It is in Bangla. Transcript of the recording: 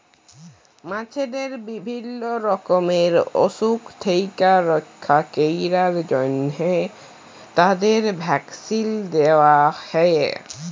মাছদের বিভিল্য রকমের অসুখ থেক্যে রক্ষা ক্যরার জন্হে তাদের ভ্যাকসিল দেয়া হ্যয়ে